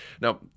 Now